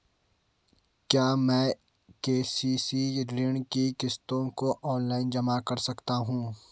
क्या मैं के.सी.सी ऋण की किश्तों को ऑनलाइन जमा कर सकता हूँ?